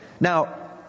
now